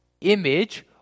image